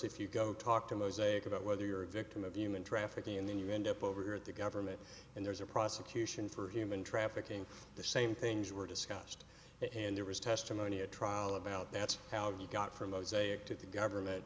if you go talk to mosaic about whether you're a victim of human trafficking and then you end up over at the government and there's a prosecution for human trafficking the same things were discussed and there was testimony a trial about that's how you got from mosaic to the government